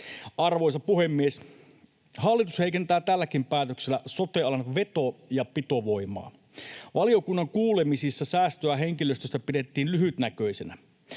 Arvoisa puhemies! Hallitus heikentää tälläkin päätöksellä sote-alan veto- ja pitovoimaa. Valiokunnan kuulemisissa säästöä henkilöstöstä pidettiin lyhytnäköisenä.